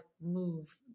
move